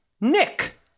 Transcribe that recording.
Nick